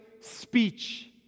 speech